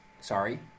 Sorry